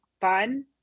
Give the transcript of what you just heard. fun